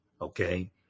okay